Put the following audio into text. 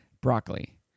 broccoli